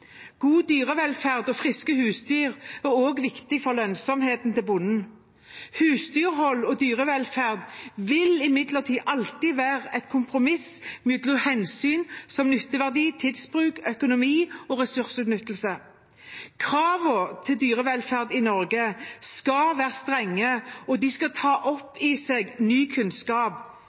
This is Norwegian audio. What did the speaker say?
God dyrevelferd og friske husdyr er også viktig for lønnsomheten til bonden. Husdyrhold og dyrevelferd vil imidlertid alltid være et kompromiss mellom hensyn som nytteverdi, tidsbruk, økonomi og ressursutnyttelse. Kravene til dyrevelferd i Norge skal være strenge, og de skal ta opp i seg ny kunnskap.